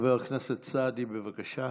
חבר הכנסת סעדי, בבקשה.